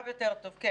אני